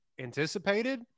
anticipated